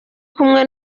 kumwe